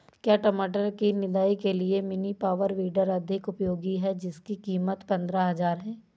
क्या टमाटर की निदाई के लिए मिनी पावर वीडर अधिक उपयोगी है जिसकी कीमत पंद्रह हजार है?